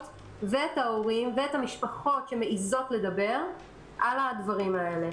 ואת ההורים ואת המשפחות שמעיזות לדבר על הדברים האלה.